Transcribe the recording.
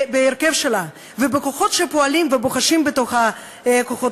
בהרכב שלה ובכוחות שפועלים ובוחשים בתוכם,